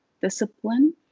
discipline